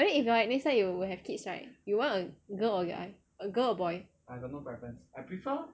but then if like next time if you have kids right you want a girl or guy a girl or boy